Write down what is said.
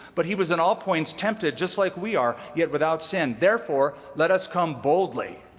but he was in all points tempted just like we are, yet without sin. therefore, let us come boldly